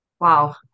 Wow